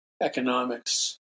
economics